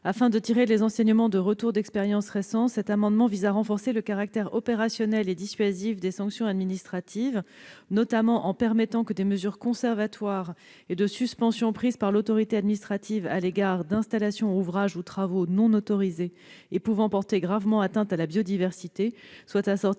afin de tirer les enseignements de retours d'expérience récents. Plus précisément, il s'agit de renforcer le caractère opérationnel et dissuasif des sanctions administratives, notamment en permettant que des mesures conservatoires et de suspension prises par l'autorité administrative à l'égard d'installations, ouvrages ou travaux non autorisés et pouvant porter gravement atteinte à la biodiversité soient assorties